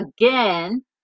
again